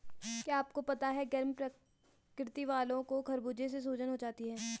क्या आपको पता है गर्म प्रकृति वालो को खरबूजे से सूजन हो सकती है?